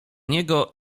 niego